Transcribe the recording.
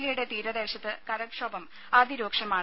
ജില്ലയുടെ തീരദേശത്ത് കടൽക്ഷോഭം ആലപ്പുഴ അതിരൂക്ഷമാണ്